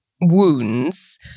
wounds